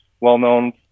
well-known